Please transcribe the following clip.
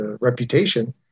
reputation